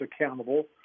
accountable